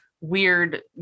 weird